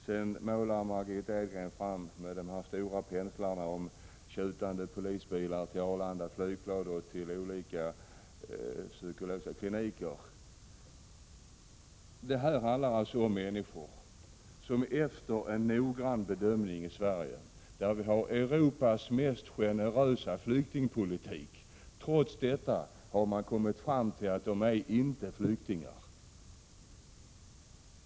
Sedan målar Margitta Edgren med stora penslar upp bilden av tjutande polisbilar på väg till Arlanda flygplats och till olika psykiatriska kliniker. Men problemet handlar alltså om människor som man efter en noggrann bedömning i Sverige, där vi har Europas mest generösa flyktingpolitik, har kommit fram till inte är flyktingar.